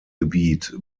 gebiet